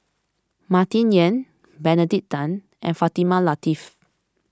Martin Yan Benedict Tan and Fatimah Lateef